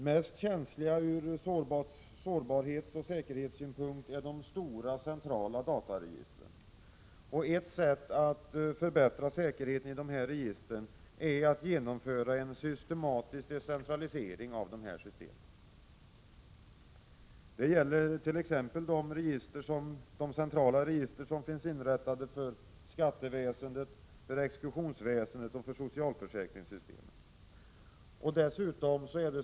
Mest känsliga ur sårbarhetsoch säkerhetssynpunkt är de stora centrala dataregistren. Ett sätt att förbättra säkerheten är att genomföra en systematisk decentralisering av dessa system. Det gäller t.ex. de centrala register som finns inrättade för skatteväsendet, exekutionsväsendet och socialförsäkringssystemet.